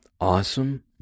awesome